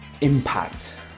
impact